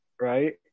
right